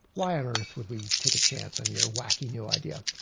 why on earth would we take a chance on your wacky new idea?